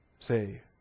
Say